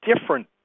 different